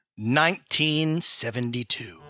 1972